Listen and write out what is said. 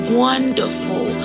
wonderful